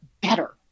better